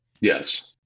yes